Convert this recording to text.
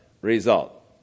result